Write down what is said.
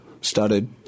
started